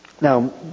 Now